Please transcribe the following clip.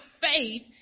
faith